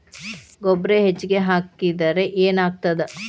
ಗೊಬ್ಬರ ಹೆಚ್ಚಿಗೆ ಹಾಕಿದರೆ ಏನಾಗ್ತದ?